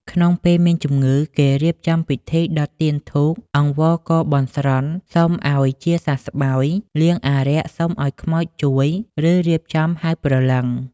ក្នុងពេលមានជំងឺ គេរៀបចំពិធីដុតទៀនធូបអង្វរកបន់ស្រន់សុំឱ្យជាសះស្បើយ លៀងអារក្សសុំឱ្យខ្មោចជួយ ឬរៀបចំហៅព្រលឹង។